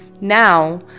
Now